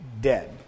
dead